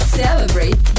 celebrate